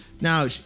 Now